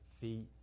feet